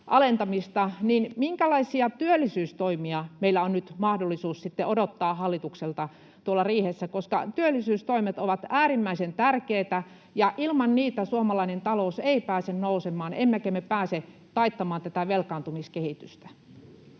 niin minkälaisia työllisyystoimia meillä on nyt mahdollisuus odottaa hallitukselta tuolla riihessä? Työllisyystoimet ovat äärimmäisen tärkeitä, ja ilman niitä suomalainen talous ei pääse nousemaan emmekä me pääse taittamaan tätä velkaantumiskehitystä.